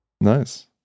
Nice